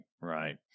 right